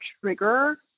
trigger